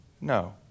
No